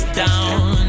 down